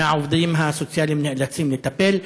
מהעובדים הסוציאליים נאלץ לטפל בהם.